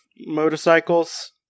motorcycles